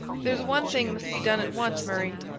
there's one thing must be done at once, murray,